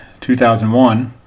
2001